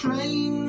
Train